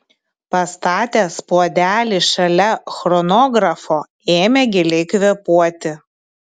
pastatęs puodelį šalia chronografo ėmė giliai kvėpuoti